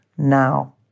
now